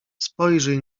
spojrzyj